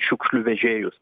šiukšlių vežėjus